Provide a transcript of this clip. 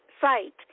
site